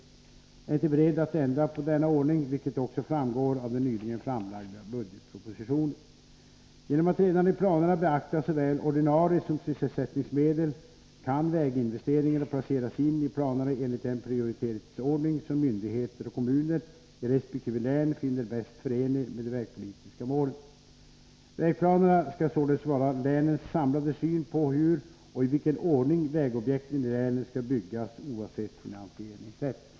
Jag är inte beredd att ändra på denna ordning, vilket också framgår av den nyligen framlagda budgetpropositionen. Genom att redan i planerna beakta såväl ordinarie medel som sysselsättningsmedel kan väginvesteringarna placeras in i planerna enligt den prioriteringsordning som myndigheter och kommuner i resp. län finner bäst förenlig med de vägpolitiska målen. Vägplanerna skall således vara länens samlade syn på hur och i vilken ordning vägobjekten i länen skall byggas oavsett finansieringssätt.